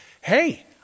hey